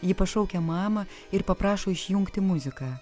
ji pašaukia mamą ir paprašo išjungti muziką